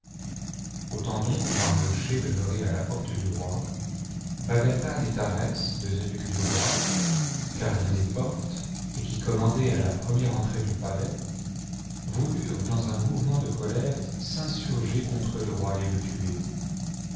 temps donc où mardochée demeurait à la porte du roi bagathan et tliarès deux eunuques du roi gardiens des portes et qui commandaient à la première entrée du palais voulurent dans un mouvement de colère s'insurger contre le roi et le tuer